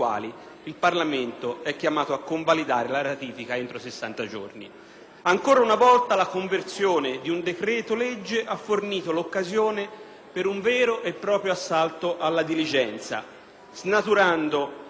Ancora una volta, la conversione di un decreto-legge ha fornito l'occasione per un vero e proprio assalto alla diligenza, snaturando la funzione stessa conferita alla decretazione d'urgenza.